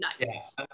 nice